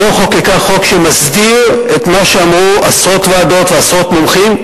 היא לא חוקקה חוק שמסדיר את מה שאמרו עשרות ועדות ועשרות מומחים,